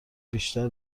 بیشتر